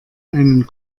einen